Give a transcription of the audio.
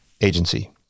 agency